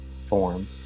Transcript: form